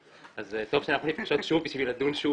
אז טוב שאנחנו נפגשות שוב בשביל לדון שוב